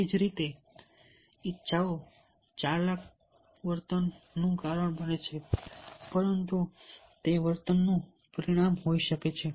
તેવી જ રીતે ઇચ્છાઓ ચાલક વર્તનનું કારણ બને છે પરંતુ તે વર્તનનું પરિણામ હોઈ શકે છે